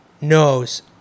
knows